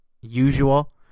usual